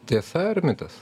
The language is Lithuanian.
tiesa ar mitas